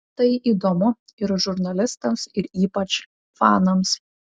tai įdomu ir žurnalistams ir ypač fanams